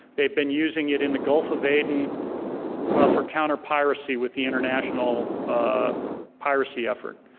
they've been using it in the gulf of aden for counter-piracy with the international ah piracy effort.